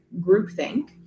groupthink